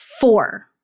Four